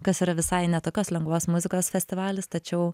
kas yra visai ne tokios lengvos muzikos festivalis tačiau